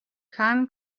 can